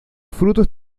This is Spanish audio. frutos